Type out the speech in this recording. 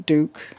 Duke